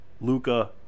Luca